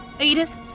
Edith